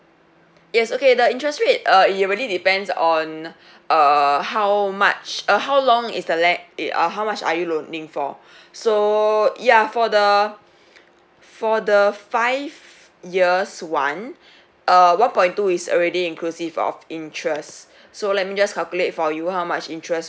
yes okay the interest rate uh it really depends on uh how much uh how long is the length uh how much are you loaning for so ya for the for the five years [one] uh one point two is already inclusive of interest so let me just calculate for you how much interest